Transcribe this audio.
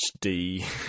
HD